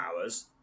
hours